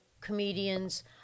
comedians